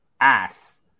ass